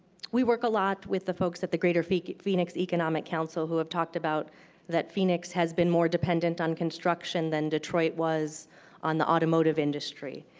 we work a lot with the folks at the greater phoenix phoenix economic council who have talked about that phoenix has been more dependant on construction than detroit was on the automotive industry.